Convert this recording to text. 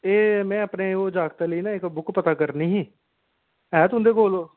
एह् में अपने ओह् जागता लेई ना इक बुक पता करनी ही ऐ तुं'दे कोल ओह्